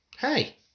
hey